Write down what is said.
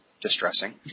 distressing